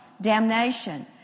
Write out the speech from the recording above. damnation